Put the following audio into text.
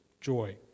joy